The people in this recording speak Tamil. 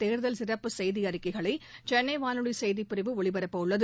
தேர்தல் சிறப்பு செய்தி அறிக்கைகளை சென்னை வானொலி செய்திப்பிரிவு ஒலிபரப்ப உள்ளது